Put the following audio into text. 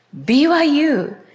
BYU